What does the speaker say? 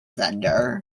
vendor